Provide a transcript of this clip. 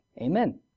Amen